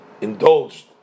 indulged